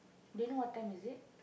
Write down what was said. do you know what time is it